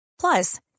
Plus